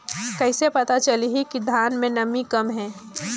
कइसे पता चलही कि धान मे नमी कम हे?